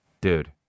Dude